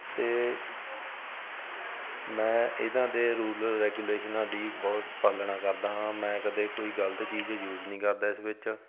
ਅਤੇ ਮੈਂ ਇਹਨਾਂ ਦੇ ਰੂਲ ਐਰ ਰੈਗੂਲੇਸ਼ਨਾਂ ਦੀ ਬਹੁਤ ਪਾਲਣਾ ਕਰਦਾ ਹਾਂ ਮੈਂ ਕਦੇ ਕੋਈ ਗਲਤ ਚੀਜ਼ ਯੂਜ਼ ਨਹੀਂ ਕਰਦਾ ਇਸ ਵਿੱਚ